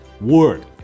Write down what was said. word